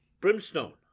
brimstone